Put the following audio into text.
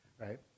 right